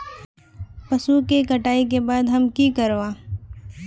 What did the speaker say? पशुओं के कटाई के बाद हम की करवा?